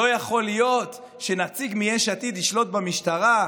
לא יכול להיות שנציג מיש עתיד ישלוט במשטרה,